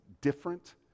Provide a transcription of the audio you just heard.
different